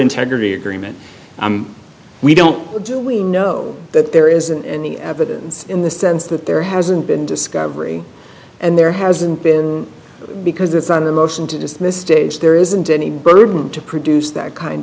integrity agreement we don't do we know that there isn't any evidence in the sense that there hasn't been discovery and there hasn't been because it's on a motion to dismiss stage there isn't any burden to produce that kind